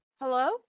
Hello